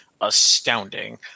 astounding